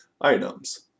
items